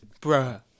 Bruh